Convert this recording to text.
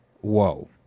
Whoa